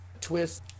twist